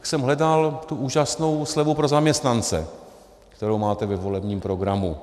Tak jsem hledal tu úžasnou slevu pro zaměstnance, kterou máte ve volebním programu.